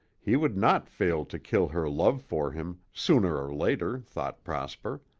he would not fail to kill her love for him, sooner or later, thought prosper.